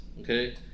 okay